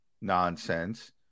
nonsense